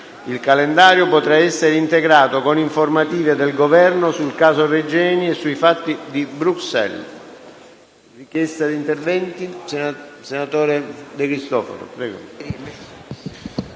Il calendario potrà essere integrato con informative del Governo sul caso Regeni e sui fatti di Bruxelles.